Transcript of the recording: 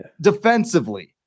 Defensively